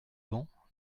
bancs